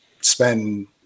spend